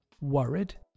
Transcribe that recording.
worried